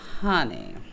honey